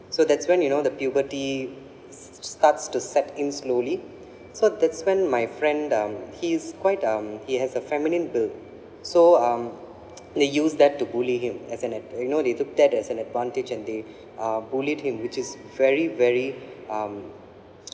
so that's when you know the puberty starts to set in slowly so that's when my friend um he's quite um he has a feminine build so um they use that to bully him as an you know they took that as an advantage and they are bullied him which is very very um